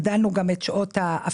הגדלנו גם את שעות האבטחה.